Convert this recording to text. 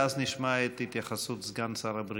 ואז נשמע את התייחסות סגן שר הבריאות.